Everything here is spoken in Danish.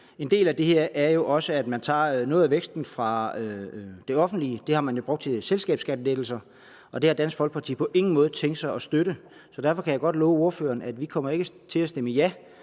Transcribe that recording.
til aktstykket, at man tager noget af væksten fra det offentlige – det har man jo brugt til selskabsskattelettelser – og det har Dansk Folkeparti på ingen måde tænkt sig at støtte. Så derfor kan jeg godt love ordføreren, at vi kommer ikke til at stemme ja